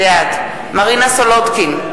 בעד מרינה סולודקין,